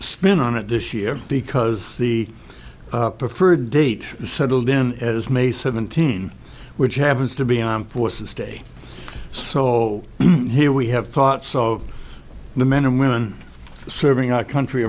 spin on it this year because the preferred date settled in as may seventeen which happens to be armed forces day sol here we have thought so the men and women serving our country